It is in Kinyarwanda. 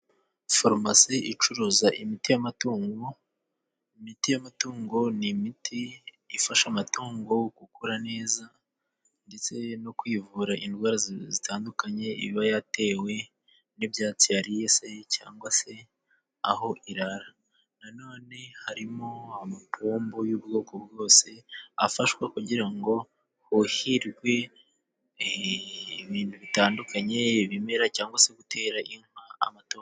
Farumasi icuruza imiti y'amatungo, imiti y'amatungo ni imiti ifasha amatungo gukura neza ndetse no kwivura indwara zitandukanye iba yatewe n'ibyatsi yaririye se cyangwa se aho irara na none harimo amapombu y'ubwoko bwose afashwa kugira ngo huhirwe ibintu bitandukanye ibimera cyangwa se gutera inka amatungo.